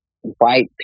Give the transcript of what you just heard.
white